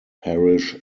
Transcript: parish